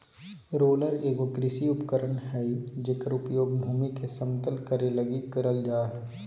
roller एगो कृषि उपकरण हइ जेकर उपयोग भूमि के समतल करे लगी करल जा हइ